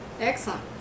excellent